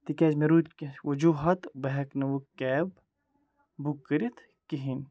تِکیٛازِ مےٚ روٗدۍ کیٚنٛہہ وجوٗہات بہٕ ہٮ۪کہٕ نہٕ وۄنۍ کیب بُک کٔرِتھ کِہیٖنۍ